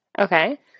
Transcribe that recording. Okay